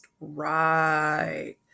Right